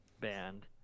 band